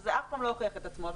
שזה אף פעם לא הוכיח את עצמו,